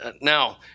now